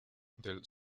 del